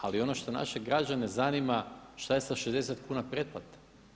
Ali ono što naše građane zanima što je sa 60 kuna pretplate.